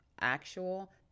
actual